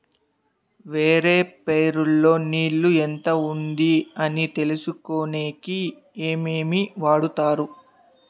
వరి పైరు లో నీళ్లు ఎంత ఉంది అని తెలుసుకునేకి ఏమేమి వాడతారు?